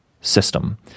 system